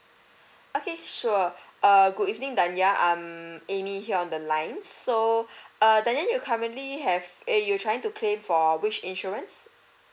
okay sure err good evening danya um amy here on the lines so err danya you currently have eh you trying to claim for which insurance